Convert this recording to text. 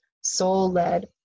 soul-led